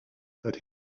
that